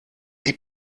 die